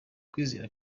kwizera